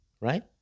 right